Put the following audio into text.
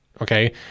okay